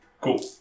Cool